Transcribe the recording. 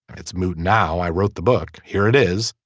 it's moot now. i wrote the book. here it is.